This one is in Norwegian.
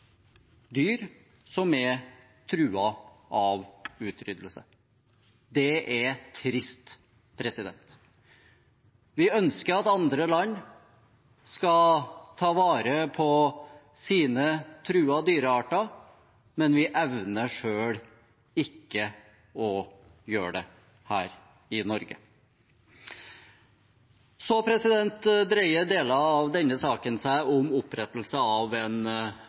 dyr som er truet av utryddelse. Det er trist. Vi ønsker at andre land skal ta vare på sine truede dyrearter, men vi evner selv ikke å gjøre det her i Norge. Deler av denne saken dreier seg om opprettelse av en